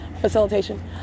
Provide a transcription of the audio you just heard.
facilitation